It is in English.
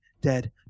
dead